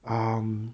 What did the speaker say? um